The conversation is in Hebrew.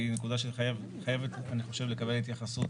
והיא נקודה שאני חושב שצריכה לקבל התייחסות,